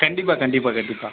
கண்டிப்பாக கண்டிப்பாக கண்டிப்பாக